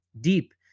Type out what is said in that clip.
deep